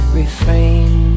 refrain